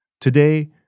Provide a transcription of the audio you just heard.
Today